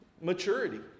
maturity